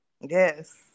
yes